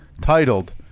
titled